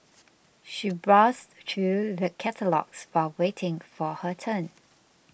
she browsed through the catalogues while waiting for her turn